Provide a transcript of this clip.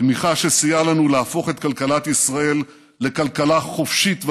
תמיכה שסייעה לנו להפוך את כלכלת ישראל לכלכלה חופשית ועצמאית,